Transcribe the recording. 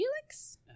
Felix